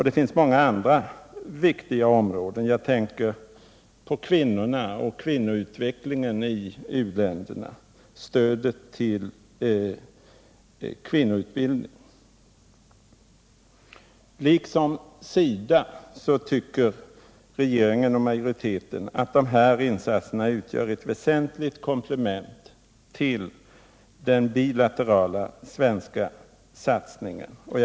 Det finns också många andra viktiga områden att nämna i detta sammanhang. Jag tänker på utvecklingen inom kvinnoområdet, bl.a. stödet till kvinnoutbildning. Liksom SIDA tycker regeringen att dessa insatser utgör ett väsentligt komplement till den bilaterala svenska satsningen.